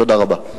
תודה רבה.